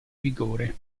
vigore